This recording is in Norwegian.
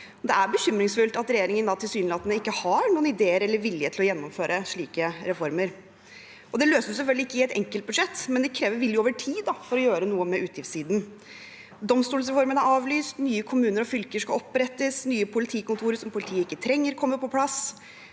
Det er bekymringsfullt at regjeringen tilsynelatende ikke har noen ideer eller vilje til å gjennomføre slike reformer. Det løses selvfølgelig ikke i ett enkelt budsjett, men det krever vilje over tid, for å gjøre noe med utgiftssiden. Domstolreformen er avlyst, nye kommuner og fylker skal opprettes, nye politikontor som politiet ikke trenger, kommer på plass,